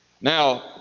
Now